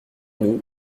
nous